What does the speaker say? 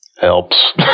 helps